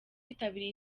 yitabiriye